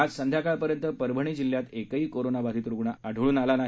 आज सायंकाळपर्यंत परभणी जिल्ह्यात एकही कोरोना बाधित रुग्ण आढळून आला नाही